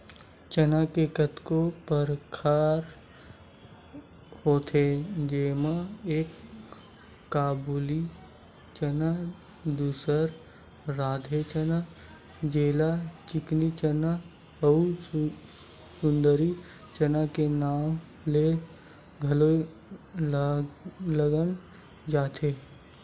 चना के कतको परकार होथे जेमा एक काबुली चना, दूसर राधे चना जेला चिकनी चना अउ सुंदरी चना के नांव ले घलोक लोगन जानथे